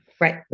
Right